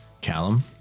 Callum